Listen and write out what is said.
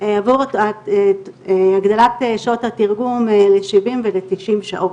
עבור הגדלת שעות התרגום לשבעים ולתשעים שעות.